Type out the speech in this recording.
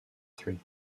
three